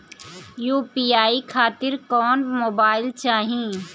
UPI खातिर कौन mobile चाहीं?